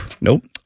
Nope